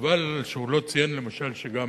חבל שהוא לא ציין, למשל, שגם